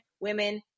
women